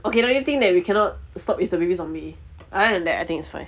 okay lah anything that we cannot stop is the baby's on me other than that I think it's fine